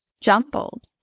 jumbled